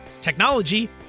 technology